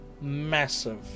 massive